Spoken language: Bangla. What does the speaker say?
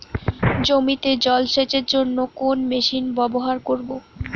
জমিতে জল সেচের জন্য কোন মেশিন ব্যবহার করব?